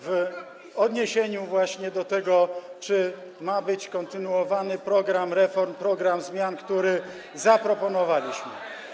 właśnie w odniesieniu do tego, czy ma być kontynuowany program reform, program zmian, który zaproponowaliśmy.